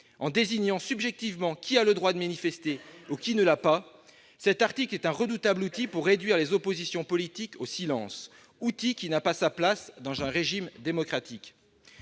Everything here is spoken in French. En désignant subjectivement qui a le droit de manifester et qui ne l'a pas, cet article est un redoutable outil pour réduire les oppositions politiques au silence. Un tel outil n'a pas sa place dans un régime démocratique.